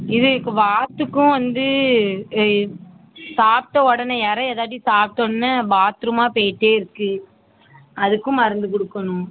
இது இப்போ வாத்துக்கும் வந்து சாப்பிட்ட உடனே இரை ஏதாச்சும் சாப்பிட்டோன்னா பாத்ரூமாக போயிட்டே இருக்குது அதுக்கும் மருந்து கொடுக்கணும்